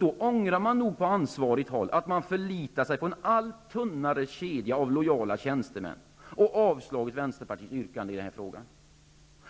Då ångrar man nog på ansvarigt håll att man förlitat sig på en allt tunnare kedja av lojala tjänstemän och avslagit Vänsterpartiets yrkande i dessa frågor.